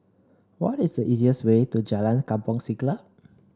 what is the easiest way to Jalan Kampong Siglap